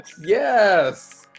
Yes